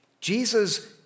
Jesus